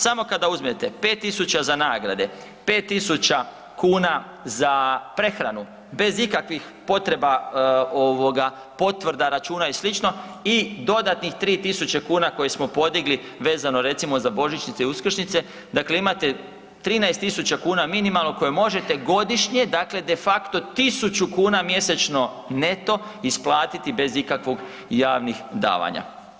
Samo kada uzmete 5.000 za nagrade, 5.000 kuna za prehranu bez ikakvih potreba ovoga potvrda, računa i slično i dodatnih 3000 kuna koje smo podigli vezano recimo za božićnice i uskrsnice, dakle imate 13.000 kuna minimalno koje možete godišnje dakle de facto 1.000 kuna mjesečno neto isplatiti bez ikakvog javnih davanja.